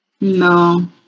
No